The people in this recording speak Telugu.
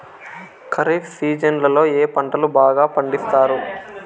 ఖరీఫ్ సీజన్లలో ఏ పంటలు బాగా పండిస్తారు